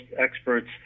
experts